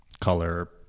color